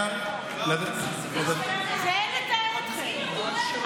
אין לתאר אתכם.